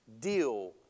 deal